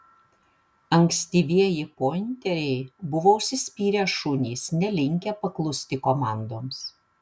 ankstyvieji pointeriai buvo užsispyrę šunys nelinkę paklusti komandoms